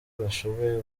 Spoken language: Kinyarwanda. bashoboye